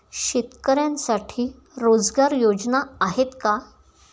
शेतकऱ्यांसाठी रोजगार योजना आहेत का?